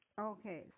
Okay